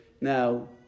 Now